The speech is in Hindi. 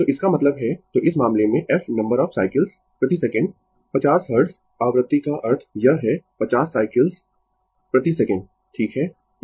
तो इसका मतलब है तो इस मामले में f नंबर ऑफ साइकल्स प्रति सेकंड 50 हर्ट्ज आवृत्ति का अर्थ यह है 50 साइकल्स प्रति सेकंड ठीक है